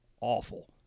awful